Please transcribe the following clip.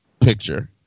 picture